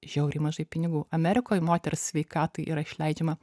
žiauriai mažai pinigų amerikoj moters sveikatai yra išleidžiama